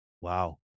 Wow